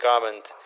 government